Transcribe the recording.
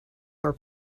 were